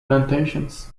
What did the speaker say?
plantations